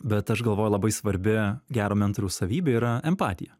bet aš galvoju labai svarbi gero mentoriaus savybė yra empatija